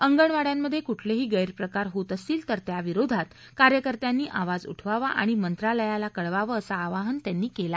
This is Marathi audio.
अंगणवाङ्यामधे कुठलेही गप्तिकार होत असतील तर त्याविरोधात कार्यकत्यांनी आवाज उठवावा आणि मंत्रालयाला कळवावं असं आवाहन त्यांनी केलं